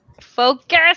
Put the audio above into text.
focus